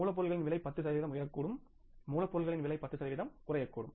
மூலப்பொருட்களின் விலை 10 சதவீதம் உயரக்கூடும் மூலப்பொருட்களின் விலை 10 சதவீதம் குறையக்கூடும்